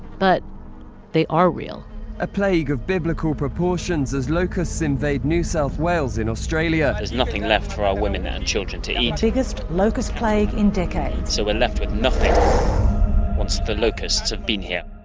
but they are real a plague of biblical proportions as locusts invade new south wales in australia there's nothing left for our women and children to eat biggest locust plague in decades so we're left with nothing once the locusts have been here